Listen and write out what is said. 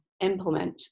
implement